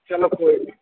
चलो कोई निं